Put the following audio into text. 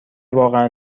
واقعا